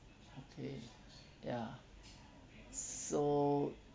okay ya so